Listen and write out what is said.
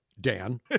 Dan